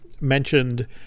mentioned